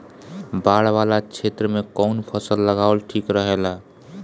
बाढ़ वाला क्षेत्र में कउन फसल लगावल ठिक रहेला?